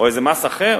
או איזה מס אחר.